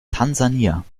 tansania